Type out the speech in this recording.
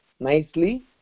nicely